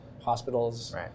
hospitals